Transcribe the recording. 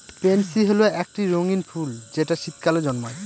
pansy হল একটি রঙ্গীন ফুল যেটা শীতকালে জন্মায়